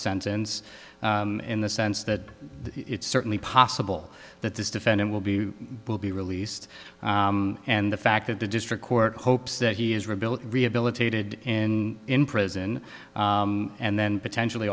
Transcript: sentence in the sense that it's certainly possible that this defendant will be will be released and the fact that the district court hopes that he is rebuilt rehabilitated in in prison and then potentially